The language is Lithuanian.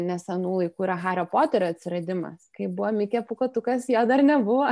nes anų laikų yra hario poterio atsiradimas kai buvo mikė pūkuotukas jo dar nebuvo